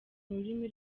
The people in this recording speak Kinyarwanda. rurimi